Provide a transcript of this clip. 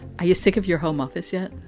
are you sick of your home office yet?